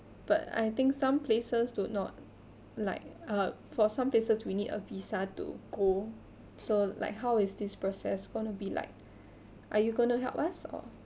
but I think some places do not like uh for some places we need a visa to go so like how is this process gonna be like are you gonna help us or